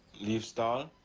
leave stall?